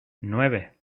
nueve